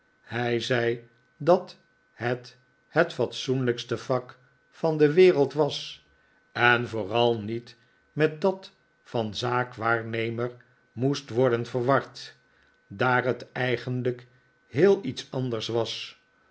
hij zei dat het het f atsoenlijkste vak van de wereld was en vooral niet met dat van zaakwaarnemer mbest worden verward daar het eigenlijk heel iets anders was